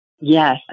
Yes